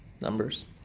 numbers